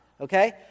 Okay